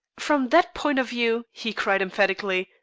from that point of view, he cried emphatically,